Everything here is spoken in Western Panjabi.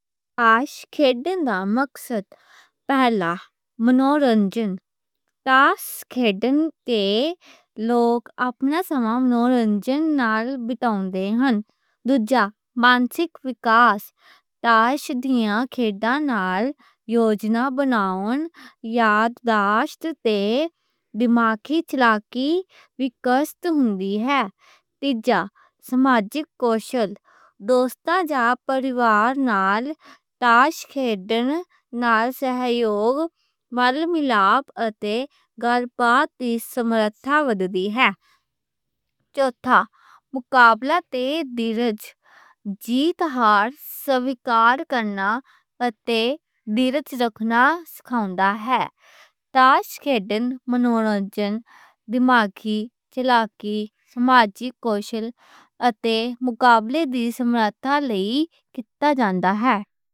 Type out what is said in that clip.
ٹاش کھیلڻ دا مقصد پہلا، منورنجن۔ ٹاش کھیلڻ نال لوک اپنا سماں منورنجن نال بٹاؤندے ہن۔ دوجا، مانسک وکاس۔ ٹاش دیاں کھیل نال یوجنا بناؤن، یادداشت تے دماغی چالاکی وکست ہندی ہے۔ تیجا، سماجک کوشل۔ دوستاں جاں پریوار نال ٹاش کھیلڻ نال سہیوگ، میل ملاقات اتے گَل باتی سمارتھا ودھدی ہے۔ چوتھا، مقابلہ تے دیَرَج۔ جیت ہار سویکار کرنا اتے دیَرَج رکھنا سکھاؤندا ہے۔ ٹاش کھیلڻ، منورنجن، دماغی چالاکی، سماجک کوشل اتے مقابلے دی سمارتھا لئی کِتا جاندہ ہے۔